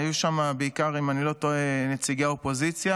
היו שם בעיקר, אם אני לא טועה, נציגי האופוזיציה.